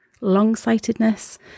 long-sightedness